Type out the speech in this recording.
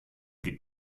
gibt